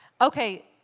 Okay